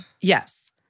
Yes